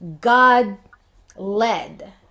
God-led